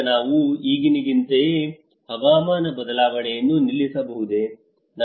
ಈಗ ನಾವು ಈಗಿನಂತೆಯೇ ಹವಾಮಾನ ಬದಲಾವಣೆಯನ್ನು ನಿಲ್ಲಿಸಬಹುದೇ